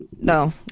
No